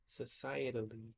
societally